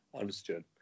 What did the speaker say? Understood